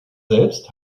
selbst